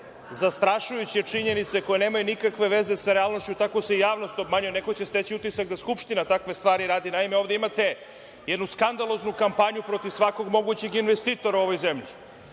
zastrašujuće činjenice koje nemaju nikakve veze sa realnošću. Tako se javnost obmanjuje. Neko će steći utisak da Skupština takve stvari radi. Naime, ovde imate jednu skandaloznu kampanju protiv svakog mogućeg investitora u ovoj zemlji.